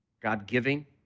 God-giving